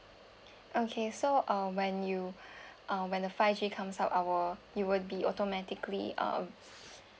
okay so uh when you uh when the five G comes out uh will it will be automatically uh